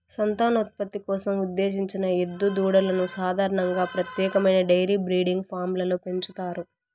సంతానోత్పత్తి కోసం ఉద్దేశించిన ఎద్దు దూడలను సాధారణంగా ప్రత్యేకమైన డెయిరీ బ్రీడింగ్ ఫామ్లలో పెంచుతారు